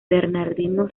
bernardino